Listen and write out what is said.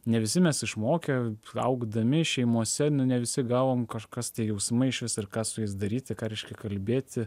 ne visi mes išmokę augdami šeimose ne visi gavom kas tie jausmai išvis ir ką su jais daryti ką reiškia kalbėti